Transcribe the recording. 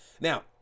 now